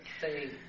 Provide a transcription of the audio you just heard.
say